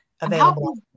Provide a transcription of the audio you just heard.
available